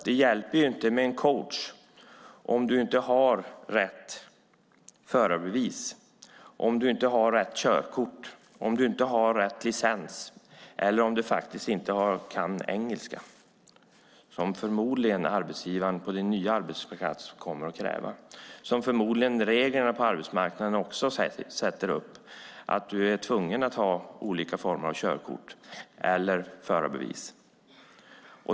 Det hjälper inte med en coach om du inte har rätt förarbevis, körkort eller licens eller om du inte kan engelska - som förmodligen arbetsgivaren på din nya arbetsplats kommer att kräva och som förmodligen reglerna på arbetsmarknaden kräver, det vill säga du är tvungen att ha ett visst körkort eller förarbevis.